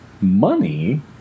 money